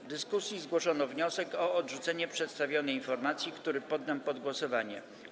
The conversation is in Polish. W dyskusji zgłoszono wniosek o odrzucenie przedstawionej informacji, który poddam pod głosowanie.